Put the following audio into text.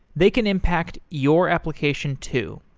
they can impact your application too.